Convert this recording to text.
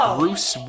Bruce